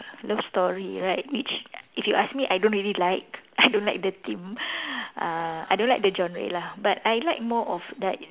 love story like which if you ask me I don't really like I don't like the theme uh I don't like the genre lah but I like more of like